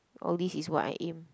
all these is what I aim